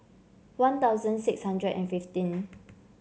One Thousand six hundred and fifteen